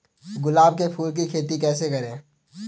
गुलाब के फूल की खेती कैसे करें?